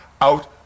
out